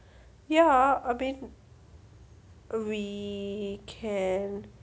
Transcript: ya I mean we can